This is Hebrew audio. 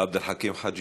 עבד אל חכים חאג'